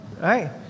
right